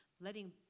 letting